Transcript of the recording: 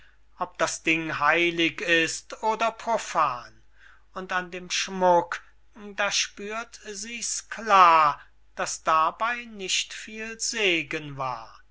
ob das ding heilig ist oder profan und an dem schmuck da spürt sie's klar daß dabey nicht viel segen war